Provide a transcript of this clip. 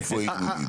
מאיפה היו מביאים?